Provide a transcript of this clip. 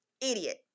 idiot